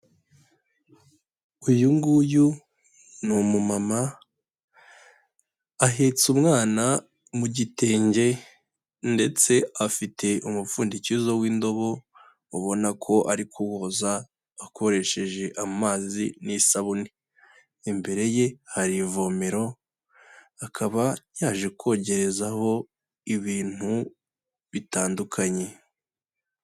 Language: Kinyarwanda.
Uyu nguyu ni umumama, ahetse umwana mu gitenge, ndetse afite umupfundikizo w'indobo, ubona ko ari kuwoza, akoresheje amazi n'isabune. Imbere ye hari ivomero, akaba yaje kogerezaho, ibintu bitandukanye.